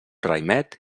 raïmet